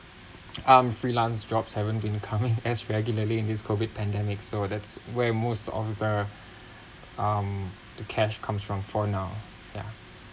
um freelance jobs haven't been coming as regularly in these COVID pandemics so that's where most of the um the cash comes from for now yeah